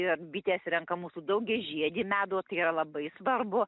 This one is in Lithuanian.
ir bitės renka mūsų daugiažiedį medų tai yra labai svarbu